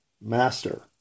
master